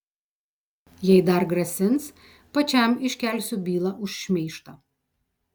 jei dar grasins pačiam iškelsiu bylą už šmeižtą